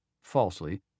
falsely